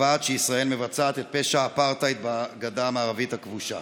שקובעת שישראל מבצעת את פשע האפרטהייד בגדה המערבית הכבושה.